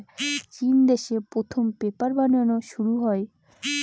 চিন দেশে প্রথম পেপার বানানো শুরু হয়